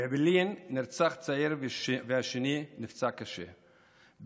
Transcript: באעבלין נרצח צעיר והשני נפצע קשה,